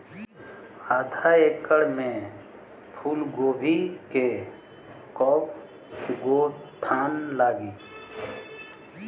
आधा एकड़ में फूलगोभी के कव गो थान लागी?